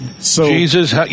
Jesus